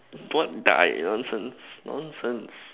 what died nonsense nonsense